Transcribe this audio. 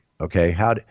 Okay